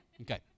Okay